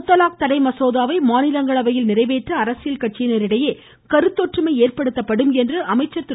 முத்தலாக் தடை மசோதாவை மாநிலங்களயில் நிறைவேற்ற அரசியல் கட்சியினரிடையே கருத்தொற்றுமை ஏற்படுத்தப்படும் என்று அமைச்சர் திரு